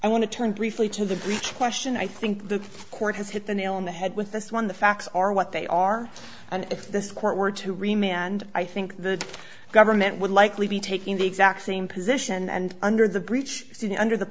i want to turn briefly to the greek question i think the court has hit the nail on the head with this one the facts are what they are and if this court were to remain and i think the government would likely be taking the exact same position and under the breach under the